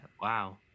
wow